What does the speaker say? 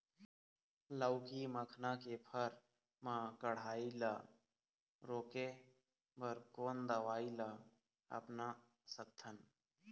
लाउकी मखना के फर मा कढ़ाई ला रोके बर कोन दवई ला अपना सकथन?